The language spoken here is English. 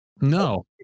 No